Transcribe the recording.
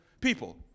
people